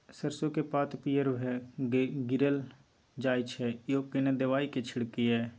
सरसो के पात पीयर भ के गीरल जाय छै यो केना दवाई के छिड़कीयई?